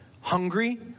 hungry